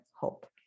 hope